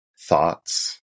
thoughts